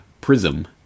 Prism